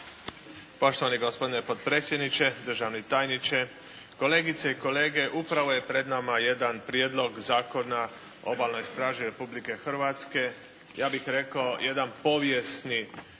Poštovani gospodine potpredsjedniče, državni tajniče, kolegice i kolege. Upravo je pred nama jedan Prijedlog zakona o obalnoj straži Republike Hrvatske. Ja bih rekao jedan povijesni